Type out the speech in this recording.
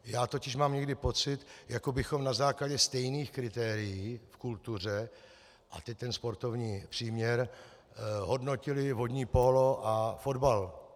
Mám totiž někdy pocit, jako bychom na základě stejných kritérií v kultuře a teď ten sportovní příměr hodnotili vodní pólo a fotbal.